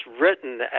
written